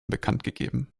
bekanntgegeben